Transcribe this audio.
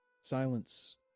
Silence